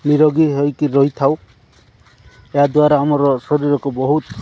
ନିରୋଗୀ ହୋଇକି ରହିଥାଉ ଏହା ଦ୍ଵାରା ଆମର ଶରୀରକୁ ବହୁତ